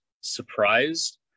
surprised